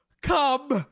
come,